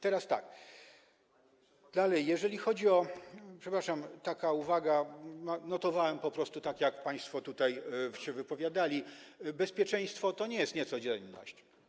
Teraz dalej, jeżeli chodzi o - przepraszam, taka uwaga, notowałem po prostu, tak jak państwo tutaj się wypowiadali - bezpieczeństwo, to nie jest niecodzienność.